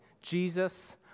Jesus